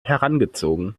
herangezogen